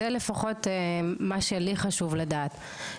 זה לפחות מה שלי חשוב לדעת,